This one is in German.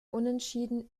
unentschieden